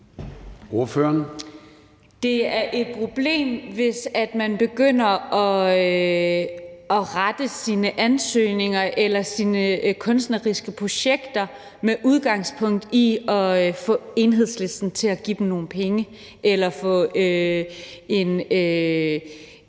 Det er et problem, hvis man begynder at rette sine ansøgninger eller sine kunstneriske projekter med udgangspunkt i at få Enhedslisten til at give en nogle penge eller få en